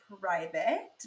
private